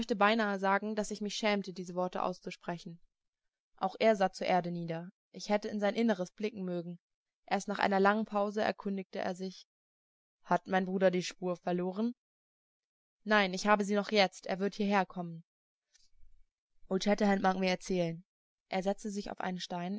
beinahe sagen daß ich mich schämte diese worte auszusprechen auch er sah zur erde nieder ich hätte in sein inneres blicken mögen erst nach einer langen pause erkundigte er sich hat mein bruder die spur verloren nein ich habe sie noch jetzt er wird hierher kommen old shatterhand mag mir erzählen er setzte sich auf einen stein